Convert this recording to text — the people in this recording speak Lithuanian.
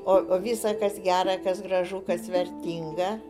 o visa kas gera kas gražu kas vertinga